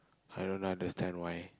i don't understand why